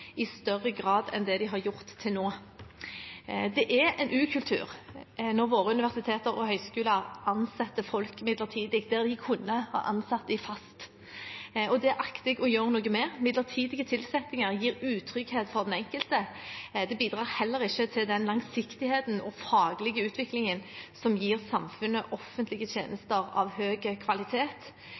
i større grad enn det de har gjort til nå. Det er en ukultur når våre universiteter og høyskoler ansetter folk midlertidig der de kunne ha ansatt dem fast. Det akter jeg å gjøre noe med. Midlertidige tilsettinger gir utrygghet for den enkelte. Det bidrar heller ikke til den langsiktigheten og faglige utviklingen som gir samfunnet offentlige tjenester av høy kvalitet.